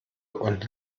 und